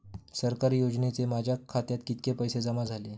सरकारी योजनेचे माझ्या खात्यात किती पैसे जमा झाले?